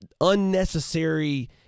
Unnecessary